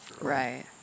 Right